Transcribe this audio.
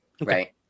right